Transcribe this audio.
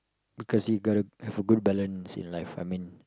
because you gotta have a good balance in life I mean